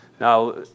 Now